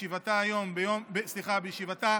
בישיבתה